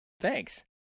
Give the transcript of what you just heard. Thanks